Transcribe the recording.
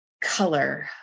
color